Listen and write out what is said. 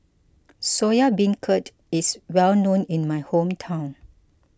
Soya Beancurd is well known in my hometown